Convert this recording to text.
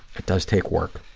it does take work.